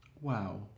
Wow